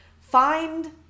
find